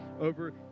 over